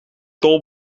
tol